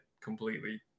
completely